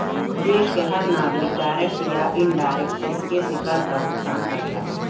देश क हर नागरिक डायरेक्ट या इनडायरेक्ट तरीके से कर काभुगतान करला